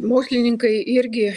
mokslininkai irgi